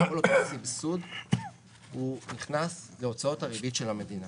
כל הסבסוד, הוא נכנס להוצאות הריבית של המדינה